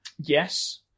Yes